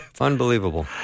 Unbelievable